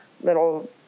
little